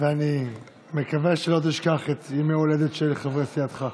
ואני מקווה שלא תשכח את ימי ההולדת של חברי סיעתך.